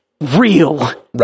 real